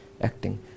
acting